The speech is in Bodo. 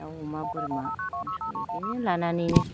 दाउ अमा बोरमा मोसौ इदिनो लानानैनो